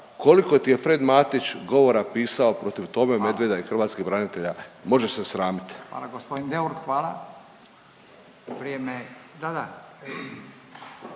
koliko ti je Fred Matić govora pisao protiv Tome Medveda i hrvatskih branitelja? Možeš se sramit. **Radin, Furio (Nezavisni)** Hvala